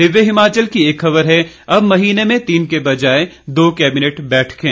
दिव्य हिमाचल की एक खबर है अब महीने में तीन के बजाय दो कैबिनेट बैठकें